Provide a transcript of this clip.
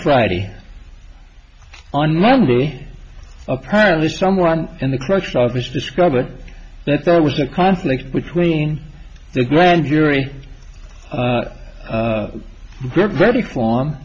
friday on monday apparently someone in the crush sawfish discovered that there was a conflict between the grand jury they're very c